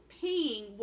paying